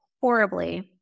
horribly